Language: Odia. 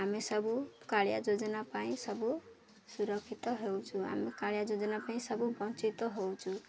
ଆମେ ସବୁ କାଳିଆ ଯୋଜନା ପାଇଁ ସବୁ ସୁରକ୍ଷିତ ହେଉଛୁ ଆମେ କାଳିଆ ଯୋଜନା ପାଇଁ ସବୁ ବଞ୍ଚିତ ହେଉଛୁ